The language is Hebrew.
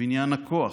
בבניין הכוח,